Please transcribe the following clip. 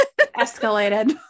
escalated